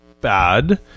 bad